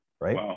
right